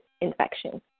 infection